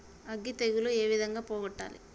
అగ్గి తెగులు ఏ విధంగా పోగొట్టాలి?